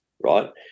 right